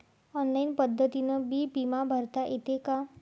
Online पद्धतीनं बी बिमा भरता येते का?